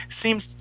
Seems